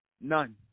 None